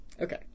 okay